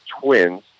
Twins